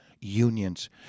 unions